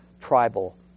tribal